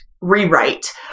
rewrite